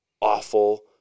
awful